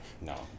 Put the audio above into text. No